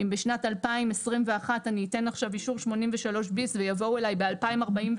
אם בשנת 2021 אני אתן עכשיו אישור 83 ביסט ויבואו אליי ב-2046,